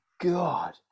god